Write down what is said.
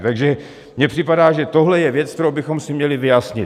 Takže mi připadá, že tohle je věc, kterou bychom si měli vyjasnit.